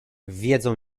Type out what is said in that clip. wiedzą